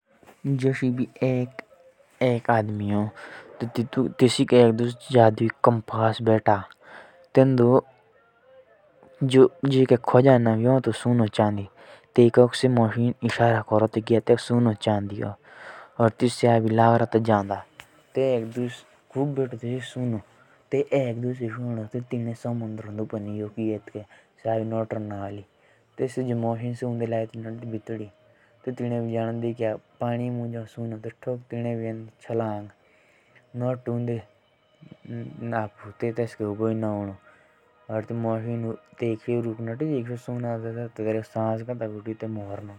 जोश एक आदमी था तेसिक एक दुस एक जादुई कम्पास मिलो जो खजाने के दोबक इशारा करो। ताई एक दुस एसी खूब मिलो सुनो चड़ी तेतली इसका लालचा और जाओ बोडी। ताई एक दुस से समुंदरण्द जाओ उनी हेर्दा तेइके से उंदा पो जाओ भीतोड़ी ताई तेंदा ही जाओ मोरे।